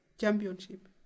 championship